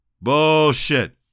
Bullshit